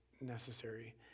necessary